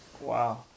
Wow